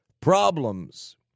problems